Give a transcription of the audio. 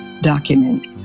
document